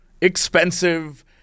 expensive